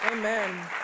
Amen